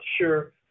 sure